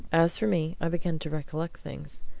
as for me, i began to recollect things.